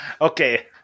Okay